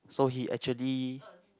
so he actually